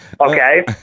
Okay